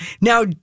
Now